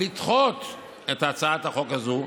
לדחות את הצעת החוק הזאת.